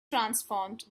transformed